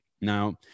now